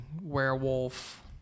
werewolf